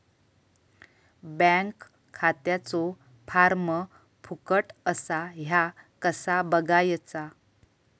Bank खात्याचो form फुकट असा ह्या कसा बगायचा?